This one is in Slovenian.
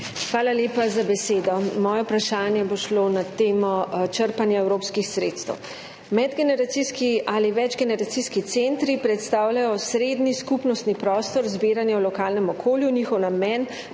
Hvala lepa za besedo. Moje vprašanje bo na temo črpanja evropskih sredstev. Medgeneracijski ali večgeneracijski centri predstavljajo osrednji skupnostni prostor zbiranja v lokalnem okolju. Njihov namen